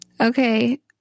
okay